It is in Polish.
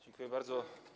Dziękuję bardzo.